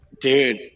Dude